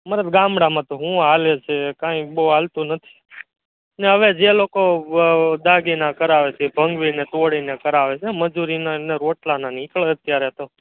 અમારે તો ગામડામાં તો શું ચાલે છે કાંઈ બહુ ચાલતું નથી ને હવે જે લોકો દાગીના કરાવે છે એ ભંગાવીને તોડીને કરાવે છે મજૂરીના એમને રોટલાના નીકળે અત્યારે તો